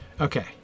Okay